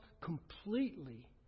completely